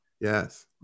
Yes